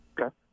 Okay